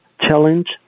Challenge